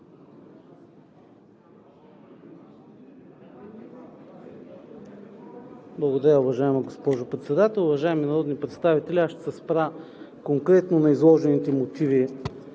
Благодаря, уважаема госпожо Председател. Уважаеми народни представители, ще се спра конкретно на изложените мотиви